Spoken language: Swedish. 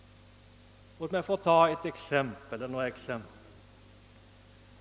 Låt mig ta några exempel.